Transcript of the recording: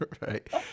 Right